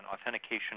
authentication